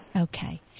Okay